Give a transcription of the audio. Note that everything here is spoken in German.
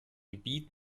gebiet